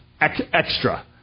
extra